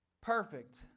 perfect